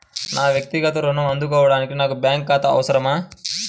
నా వక్తిగత ఋణం అందుకోడానికి నాకు బ్యాంక్ ఖాతా అవసరమా?